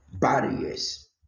Barriers